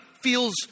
feels